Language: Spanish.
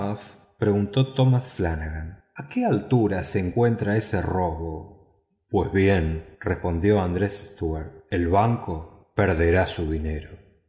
preguntó tomás flanagan a qué altura se encuentra ese robo pues bien respondió andrés stuart el banco perderá su dinero